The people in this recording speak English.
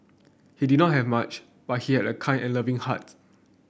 he did not have much but he had a kind and loving heart